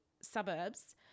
suburbs